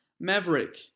Maverick